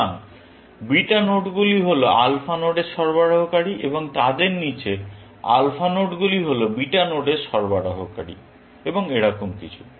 সুতরাং বিটা নোডগুলি হল আলফা নোডের সরবরাহকারী এবং তাদের নীচে আলফা নোডগুলি হল বিটা নোডের সরবরাহকারী এবং এরকম কিছু